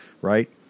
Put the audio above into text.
right